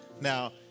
Now